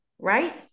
Right